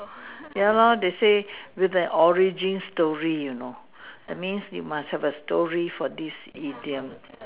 ya lor they say with an origin story you know that means you must have story for this idiom